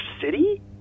city